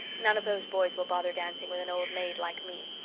none of those boys will bother dancing with an old maid like me.